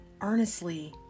Earnestly